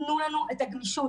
תנו לנו את הגמישות.